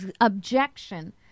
objection